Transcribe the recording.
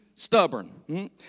Stubborn